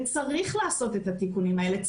וצריך לעשות את התיקונים האלה,